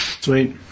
Sweet